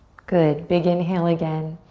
good, big inhale again.